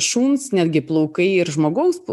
šuns netgi plaukai ir žmogaus